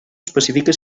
especifica